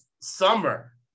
summer